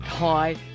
Hi